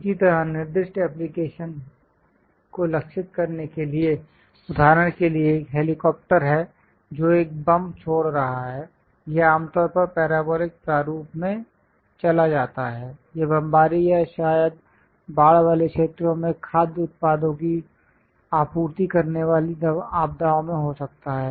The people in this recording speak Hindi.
इसी तरह निर्दिष्ट एप्लिकेशन को लक्षित करने के लिए उदाहरण के लिए एक हेलीकॉप्टर है जो एक बम छोड़ रहा है यह आमतौर पर पैराबोलिक प्रारूप में चला जाता है यह बमबारी या शायद बाढ़ वाले क्षेत्रों में खाद्य उत्पादों की आपूर्ति करने वाली आपदाओं में हो सकता है